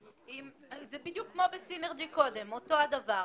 זה בדיוק כמו בסינרג'י קודם, אותו הדבר.